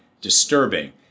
disturbing